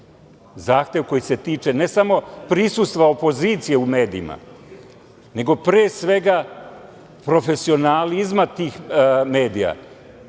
zahtev koji se tiče ne samo prisustva opozicije u medijima, nego pre svega profesionalizma tih medija,